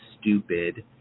stupid